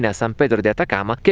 and san pedro de atacama